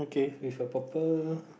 if a purple